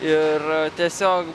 ir tiesiog